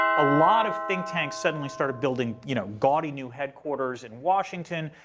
a lot of think tanks suddenly started building you know gawdy new headquarters in washington.